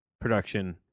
production